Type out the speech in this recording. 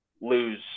lose